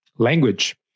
Language